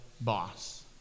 boss